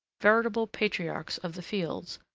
veritable patriarchs of the fields,